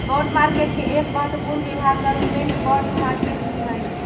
bond market के एक महत्वपूर्ण विभाग गवर्नमेंट बॉन्ड मार्केट भी हइ